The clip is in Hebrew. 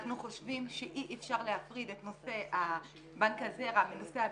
אנחנו חושבים שאי אפשר להפריד את נושא בנק הזרע מנושא הביציות.